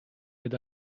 mit